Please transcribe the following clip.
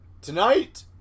tonight